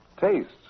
tastes